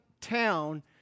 town